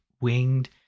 Winged